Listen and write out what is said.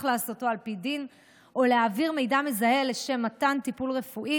לעשותו על פי דין או להעביר מידע מזהה לשם מתן טיפול רפואי,